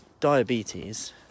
Diabetes